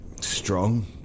strong